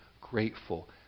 grateful